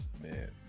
man